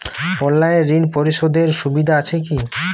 অনলাইনে ঋণ পরিশধের সুবিধা আছে কি?